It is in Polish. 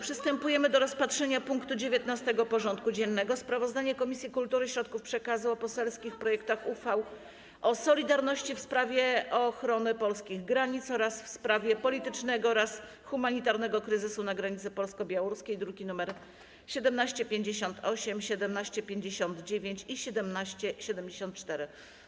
Przystępujemy do rozpatrzenia punktu 19. porządku dziennego: Sprawozdanie Komisji Kultury i Środków Przekazu o poselskich projektach uchwał o solidarności w sprawie ochrony polskich granic oraz w sprawie politycznego oraz humanitarnego kryzysu na granicy polsko-białoruskiej (druki nr 1758, 1759 i 1774)